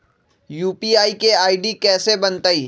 UPI के ID कैसे बनतई?